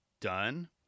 done